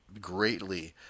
greatly